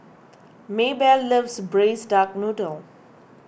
Maybelle loves Braised Duck Noodle